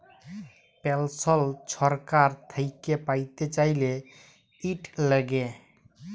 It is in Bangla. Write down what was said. পেলসল ছরকার থ্যাইকে প্যাইতে চাইলে, ইট ল্যাগে